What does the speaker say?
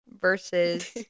versus